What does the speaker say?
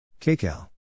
Kcal